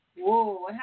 Whoa